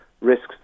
risks